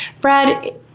Brad